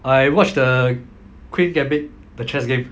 I watched the queen's gambit the chess game